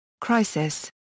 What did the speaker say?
Crisis